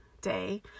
day